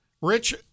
Rich